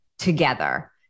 together